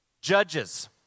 Judges